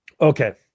Okay